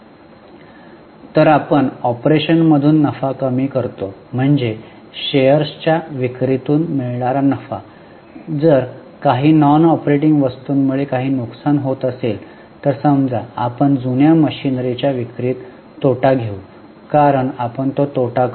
तर आपण ऑपरेशन मधून नफा कमी करतो म्हणजे शेअर्सच्या विक्री तून मिळणारा नफा जर काही नॉन ऑपरेटिंग वस्तूमुळे काही नुकसान होत असेल तर समजा आपण जुन्या मशिनरीच्या विक्रीत तोटा घेऊ कारण आपण तो तोटा करू